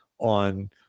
on